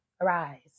arise